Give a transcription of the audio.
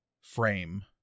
frame